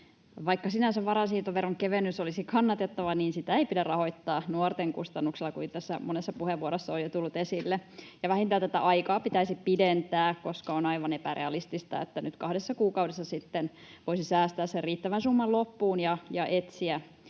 Vaikka sinänsä varainsiirtoveron kevennys olisi kannatettava, niin sitä ei pidä rahoittaa nuorten kustannuksella, kuten tässä monessa puheenvuorossa on jo tullut esille. Ja vähintään tätä aikaa pitäisi pidentää, koska on aivan epärealistista, että nyt kahdessa kuukaudessa sitten voisi säästää sen riittävän summan loppuun ja etsiä